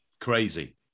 Crazy